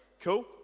Cool